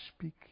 speak